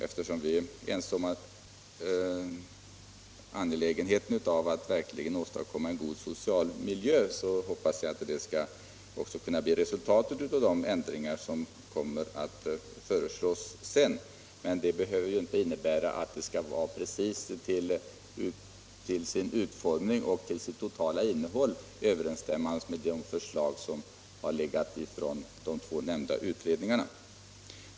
Eftersom vi är ense om att det är angeläget att verkligen åstadkomma en god social miljö hoppas jag att det skall bli resultatet av de ändringar som kommer att föreslås. Det behöver inte innebära att de i sin utformning och till sitt totala innehåll helt måste överensstämma med de förslag som lämnats av de två nämnda utredningarna.